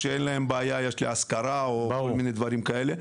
שאין להן בעיה ויש להשכרה או לכל מיני דברים כאלה.